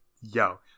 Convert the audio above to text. yo